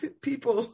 people